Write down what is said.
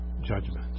judgment